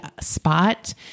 spot